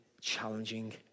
challenging